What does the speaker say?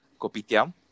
Kopitiam